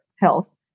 health